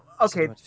okay